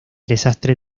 desastre